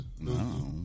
No